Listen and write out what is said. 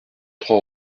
trois